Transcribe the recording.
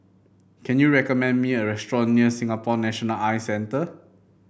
can you recommend me a restaurant near Singapore National Eye Centre